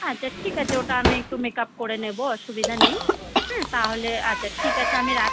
আচ্ছা ঠিক আছে ওটা আমি একটু মেক আপ করে নেবো অসুবিধা নেই তাহলে আচ্ছা ঠিক আছে আমি রাখ